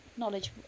knowledge